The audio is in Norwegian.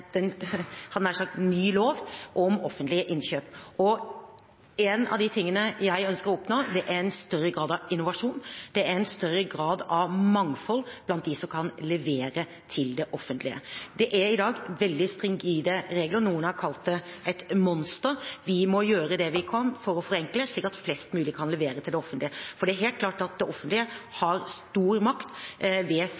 hadde nær sagt – en ny lov om offentlige innkjøp. En av de tingene jeg ønsker å oppnå, er en større grad av innovasjon, en større grad av mangfold blant dem som kan levere til det offentlige. Det er i dag veldig rigide regler, noen har kalt det et monster, og vi må gjøre det vi kan for å forenkle, slik at flest mulig kan levere til det offentlige. For det er helt klart at det offentlige